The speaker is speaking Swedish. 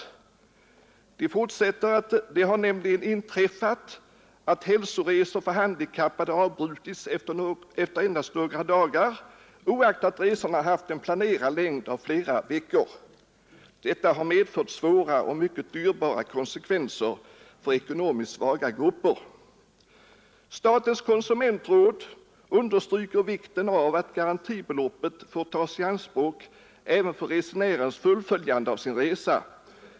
Det har nämligen inträffat, säger socialstyrelsen, att hälsoresor för handikappade avbrutits efter endast några dagar, oaktat resorna haft en planerad längd av flera veckor, och detta har medfört svåra och dyrbara konsekvenser för ekonomiskt svaga grupper. Statens konsumentråd understryker vikten av att garantibeloppet får tas i anspråk även för resenärens fullföljande av sin resa.